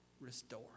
Restore